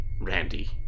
Randy